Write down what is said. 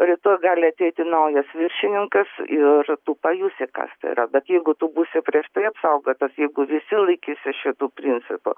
rytoj gali ateiti naujas viršininkas ir tu pajusi kas tai yra bet jeigu tu būsi prieš tai apsaugotas jeigu visi laikysis šitų principų